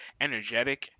energetic